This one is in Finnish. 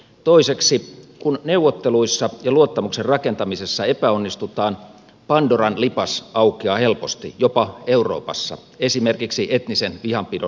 toiseksi kun neuvotteluissa ja luottamuksen rakentamisessa epäonnistutaan pandoran lipas aukeaa helposti jopa euroopassa esimerkiksi etnisen vihanpidon muodossa